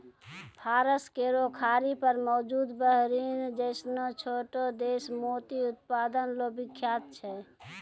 फारस केरो खाड़ी पर मौजूद बहरीन जैसनो छोटो देश मोती उत्पादन ल विख्यात छै